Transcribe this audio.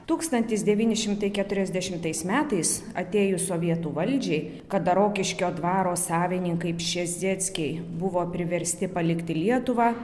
tūkstantis devyni šimtai keturiasdešimtais metais atėjus sovietų valdžiai kada rokiškio dvaro savininkai pšezdzieckiai buvo priversti palikti lietuvą